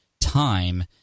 time